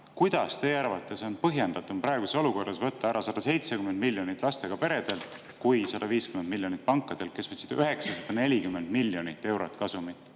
kuidas teie arvates on põhjendatum praeguses olukorras võtta ära 170 miljonit lastega peredelt kui 150 miljonit pankadelt, kes [teenisid] 940 miljonit eurot kasumit?